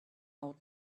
out